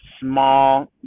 small